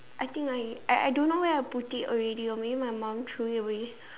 I think I I I don't know how where I put it already or maybe my mum threw it away